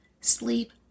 sleep